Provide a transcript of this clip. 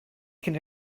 cyn